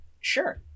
Sure